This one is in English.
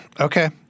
Okay